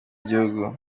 gihugu